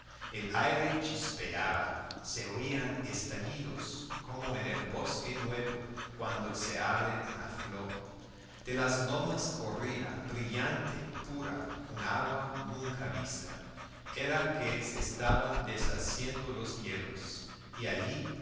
el aire chispeaba se oían estallidos como en el bosque nuevo cuando se abre una flor de las lomas corría brillante y pura un agua nunca vista era que se estaban deshaciendo los hielos y allí